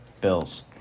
Bills